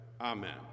Amen